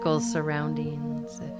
surroundings